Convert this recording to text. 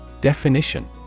Definition